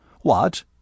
What